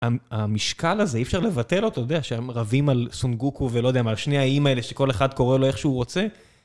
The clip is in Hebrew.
המשקל הזה אי אפשר לבטל אותו, אתה יודע שהם רבים על סונגוקו ולא יודע מה, על שני האיים האלה, שכל אחד קורא לו איך שהוא רוצה?